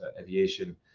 aviation